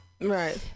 Right